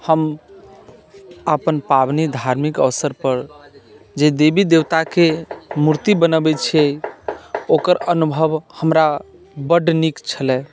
हम अपन पाबनिक धार्मिक अवसर पर जे देवी देवताके मूर्ति बनबैत छियै ओकर अनुभव हमरा बड नीक छलै